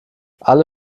alle